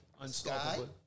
Unstoppable